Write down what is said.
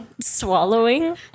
Swallowing